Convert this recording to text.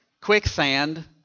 Quicksand